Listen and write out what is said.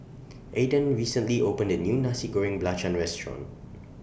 Aedan recently opened A New Nasi Goreng Belacan Restaurant